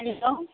hello